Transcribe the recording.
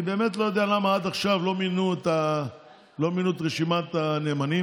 אני באמת לא יודע למה עד עכשיו לא מינו את רשימת הנאמנים.